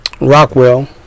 Rockwell